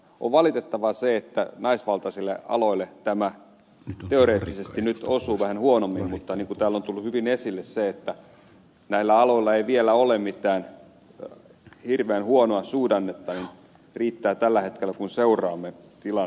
on valitettavaa se että naisvaltaisille aloille tämä teoreettisesti nyt osuu vähän huonommin mutta niin kuin täällä on tullut hyvin esille näillä aloilla ei vielä ole mitään hirveän huonoa suhdannetta riittää tällä hetkellä kun seuraamme tilannetta